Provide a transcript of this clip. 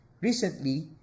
Recently